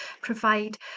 provide